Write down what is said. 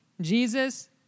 Jesus